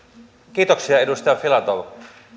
kiitoksia edustaja filatov